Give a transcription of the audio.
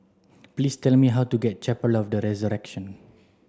please tell me how to get to Chapel of the Resurrection